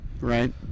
Right